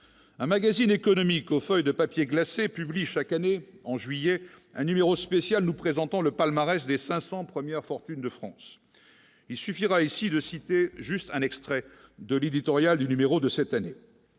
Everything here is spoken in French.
un magazine économique aux feuilles de papier glacé, publie chaque année en juillet, un numéro spécial, nous présentons le palmarès des 500 premières fortunes de France, il suffira ici de citer juste un extrait de l'éditorial du numéro de cette année.